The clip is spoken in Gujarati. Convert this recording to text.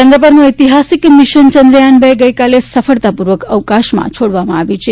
ચંદ્ર પરનું એતિહાસિક મિશન ચંદ્રયાન બે ગઇકાલે સફળતાપૂર્વક અવકાશમાં છોડવામાં આવ્યું છે